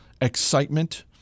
excitement